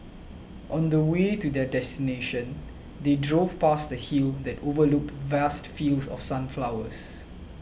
on the way to their destination they drove past a hill that overlooked vast fields of sunflowers